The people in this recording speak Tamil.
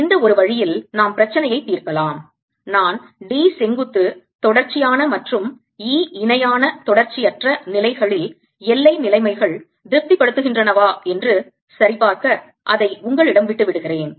எனவே இந்த ஒரு வழியில் நாம் பிரச்சினையை தீர்க்கலாம் நான் D செங்குத்து தொடர்ச்சியான மற்றும் E இணை தொடர்ச்சியற்ற நிலைகளில் எல்லை நிலைமைகள் திருப்திபடுத்துகின்றனவா என்று சரிபார்க்க அதை உங்களிடம் விட்டு விடுகிறேன்